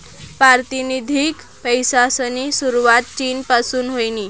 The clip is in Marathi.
पारतिनिधिक पैसासनी सुरवात चीन पासून व्हयनी